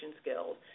skills